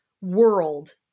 world